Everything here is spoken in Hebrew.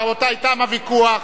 רבותי, תם הוויכוח.